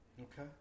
Okay